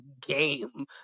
game